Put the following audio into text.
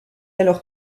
alors